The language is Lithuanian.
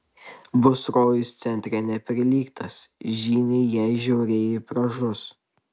bus rojus centre neprilygtas žyniai jei žiaurieji pražus